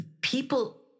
people